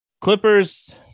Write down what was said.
Clippers –